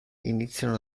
iniziano